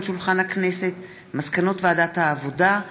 מסקנות ועדת העבודה,